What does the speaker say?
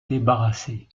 débarrasser